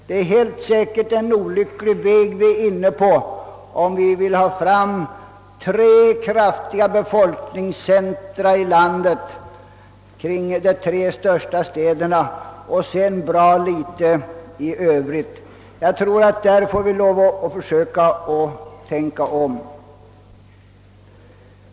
Det är helt säkert en olycklig väg vi är inne på, om vi vill ha fram tre kraftiga befolkningscentra i landet kring de tre största städerna och sedan anser det vara bra i Övrigt. Jag tror att vi i detta avseende får försöka att tänka om.